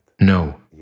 no